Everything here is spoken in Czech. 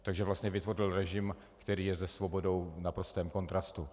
Takže vlastně vytvořil režim, který je se svobodou v naprostém kontrastu.